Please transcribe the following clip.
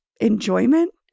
enjoyment